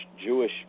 Jewish